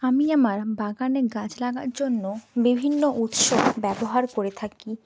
আমি আমার বাগানে গাছ লাগার জন্য বিভিন্ন উৎস ব্যবহার করে থাকি